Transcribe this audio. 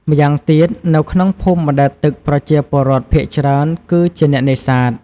ម្យ៉ាងទៀត នៅក្នុងភូមិបណ្ដែតទឹក ប្រជាពលរដ្ឋភាគច្រើនគឺជាអ្នកនេសាទ។